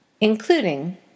including